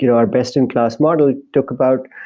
you know our best in class model took about,